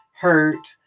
hurt